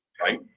right